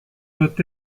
doit